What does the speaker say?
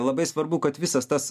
labai svarbu kad visas tas